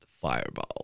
Fireball